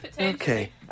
Okay